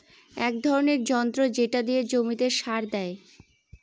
এক ধরনের যন্ত্র যেটা দিয়ে জমিতে সার দেয়